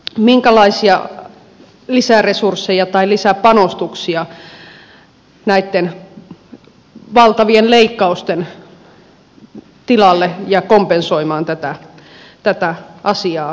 minkälaisia lisäresursseja tai lisäpanostuksia on näitten valtavien leikkausten tilalle kompensoimaan tätä asiaa